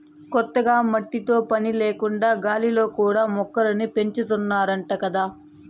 కొత్తగా మట్టితో పని లేకుండా గాలిలో కూడా మొక్కల్ని పెంచాతన్నారంట గదా